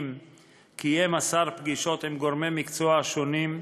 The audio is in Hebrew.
קיים השר פגישות עם גורמי המקצוע השונים,